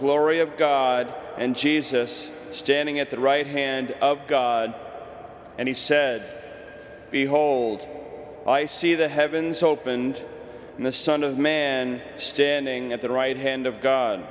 glory of god and jesus standing at the right hand of god and he said behold i see the heavens opened and the son of man standing at the right hand of god